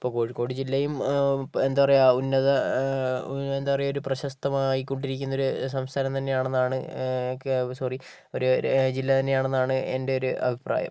ഇപ്പോൾ കോഴിക്കോട് ജില്ലയും എന്താ പറയുക ഉന്നത എന്താ പറയുക ഒരു പ്രശസ്തമായിക്കൊണ്ടിരിക്കുന്ന ഒരു സംസ്ഥാനം തന്നെയാണ് എന്നാണ് സോറി ഒരു ഒരു ജില്ലതന്നെയാണെന്നാണ് എൻ്റെ ഒരു അഭിപ്രായം